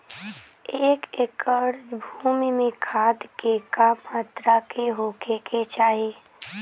एक एकड़ भूमि में खाद के का मात्रा का होखे के चाही?